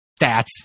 stats